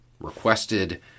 requested